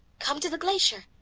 come to the glacier,